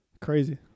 Crazy